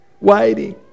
waiting